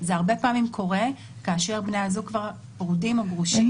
זה הרבה פעמים קורה כאשר בני הזוג כבר פרודים או גרושים,